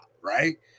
right